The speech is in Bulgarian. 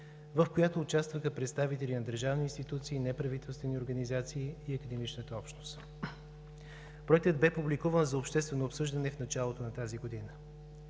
в която участваха представители на държавните институции, неправителствените организации и академичната общност. Проектът бе публикуван за обществено обсъждане в началото на тази година.